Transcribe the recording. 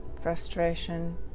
frustration